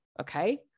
Okay